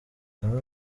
amwe